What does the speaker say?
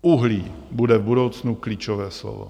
Uhlí bude v budoucnu klíčové slovo.